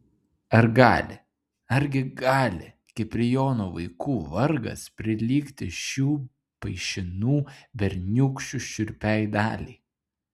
ar gali argi gali kiprijono vaikų vargas prilygti šių paišinų berniūkščių šiurpiai daliai